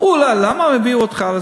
למה הם הביאו אותך?